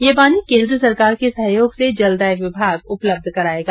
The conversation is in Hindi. ये पानी केन्द्र सरकार के सहयोग से जलदाय विभाग उपलब्ध करायेगा